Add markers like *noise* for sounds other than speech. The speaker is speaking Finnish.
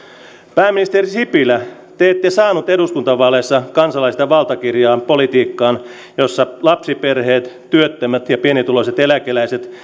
pääministeri sipilä te te ette saanut eduskuntavaaleissa kansalaisilta valtakirjaa politiikkaan jossa lapsiperheet työttömät pienituloiset eläkeläiset *unintelligible*